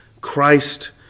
Christ